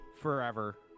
forever